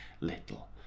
little